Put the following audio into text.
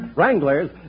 Wranglers